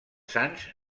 sans